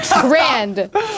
Grand